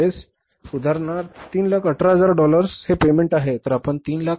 म्हणजे उदाहरणार्थ 318500 डॉलर्स हे पेमेंट आहे